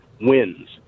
wins